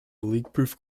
leakproof